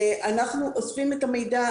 אנחנו אוספים את המידע,